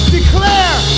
Declare